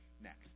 next